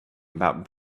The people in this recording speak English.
about